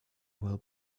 will